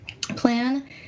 plan